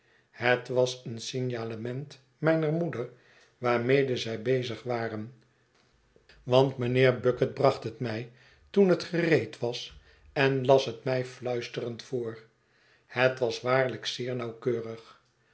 het was een signalement mijner moeder waarmede zij bezig waren want mijnheer bucket bracht het mij toen het gereed was en las het mij fluisterend voor het was waarlijk zeer nauwkeurig